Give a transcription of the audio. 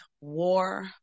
war